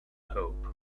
hope